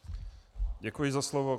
Děkuji za slovo.